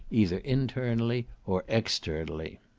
either internally or externally.